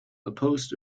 opposed